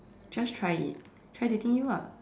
just try it try dating you ah